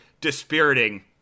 dispiriting